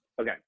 Okay